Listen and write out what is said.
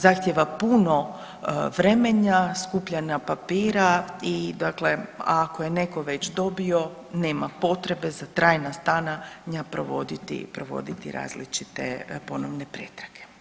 Zahtijeva puno vremena, skupljanja papira i dakle ako je netko već dobio nema potrebe za trajna stanja provoditi različite ponovne pretrage.